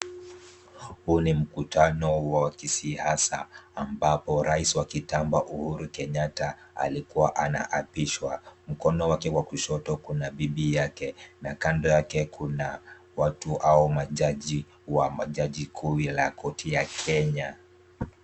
Huyu ni mkutano wa kisiasa ambapo rais wa kitamba Uhuru Kenyatta alikuwa anaapishwa mkono wake wa kushoto kuna bibi yake. Na kando yake kuna watu au majaji wa majaji kuu ya koti ya Kenya.